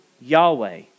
Yahweh